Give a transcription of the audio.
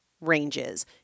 ranges